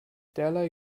derlei